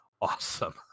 awesome